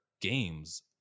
games